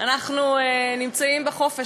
אנחנו נמצאים בחופש,